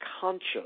conscious